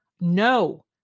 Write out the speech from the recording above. No